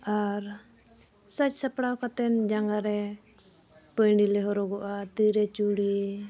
ᱟᱨ ᱥᱟᱡᱽᱼᱥᱟᱯᱲᱟᱣ ᱠᱟᱛᱮᱫ ᱡᱟᱸᱜᱟᱨᱮ ᱯᱟᱹᱭᱬᱤ ᱞᱮ ᱦᱚᱨᱚᱜᱚᱜᱼᱟ ᱛᱤᱨᱮ ᱪᱩᱲᱤ